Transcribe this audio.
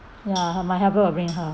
ya her my helper will bring her